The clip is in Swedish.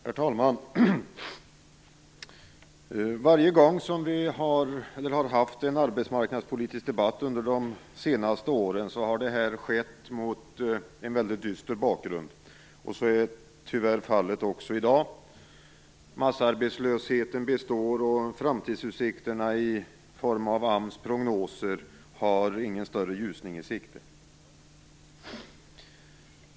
Herr talman! Varje gång vi under de senaste åren har haft en arbetsmarknadspolitisk debatt, har det skett mot en väldigt dyster bakgrund. Så är tyvärr fallet också i dag. Massarbetslösheten består, och enligt AMS prognoser finns det ingen större ljusning i sikte.